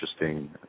interesting